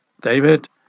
David